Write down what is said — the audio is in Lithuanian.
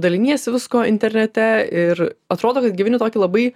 daliniesi visko internete ir atrodo kad gyveni tokį labai